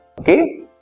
Okay